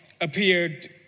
appeared